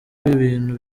ibintu